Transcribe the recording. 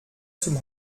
zum